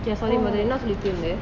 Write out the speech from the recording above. நான் வந்து:naan vanthu like